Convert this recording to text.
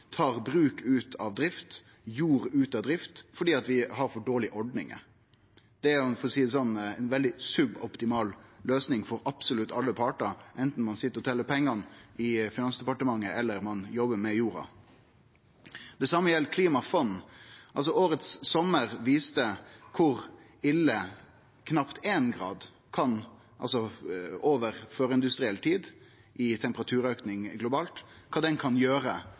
tar bruk og jord ut av drift fordi vi har for dårlege ordningar. Det er ei veldig suboptimal løysing – for å seie det slik – for absolutt alle partar, anten ein sit og tel pengar i Finansdepartementet, eller ein jobbar med jorda. Det same gjeld forslaget om eit klimafond. Sommaren i år viste kor ille ein global temperaturauke på knapt éin grad sidan førindustriell tid kan vere, kva det kan gjere